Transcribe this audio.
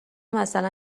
مثلا